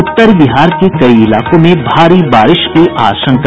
उत्तर बिहार के कई इलाकों में भारी बारिश की आशंका